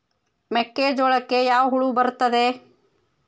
ಮೆಕ್ಕೆಜೋಳಕ್ಕೆ ಯಾವ ಹುಳ ಬರುತ್ತದೆ?